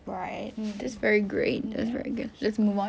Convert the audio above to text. right that's very great that's very good let's move on